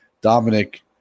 Dominic